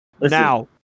Now